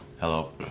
Hello